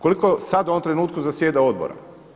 Koliko sada u ovom trenutku zasjeda odbora?